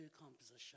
composition